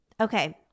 Okay